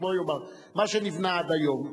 שבה ייאמר: מה שנבנה עד היום,